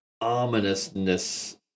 ominousness